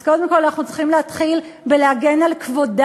אז קודם כול אנחנו צריכים להתחיל בלהגן על כבודן,